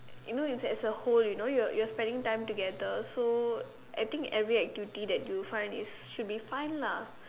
you know it's as a whole you know you're you are spending time together so I think any activity that you find is should be fun lah